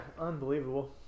unbelievable